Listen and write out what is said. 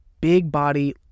big-body